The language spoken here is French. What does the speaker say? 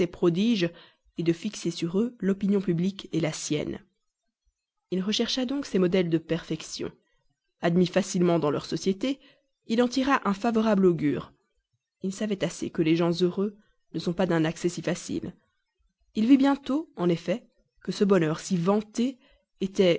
prodiges de fixer sur eux l'opinion publique la sienne il rechercha donc ces modèles de perfection admis facilement dans leur société il en tira un favorable augure il savait assez que les gens heureux ne sont pas d'un accès si facile il vit bientôt en effet que ce bonheur si vanté était